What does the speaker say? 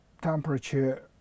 temperature